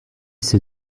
s’est